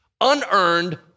unearned